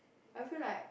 I feel like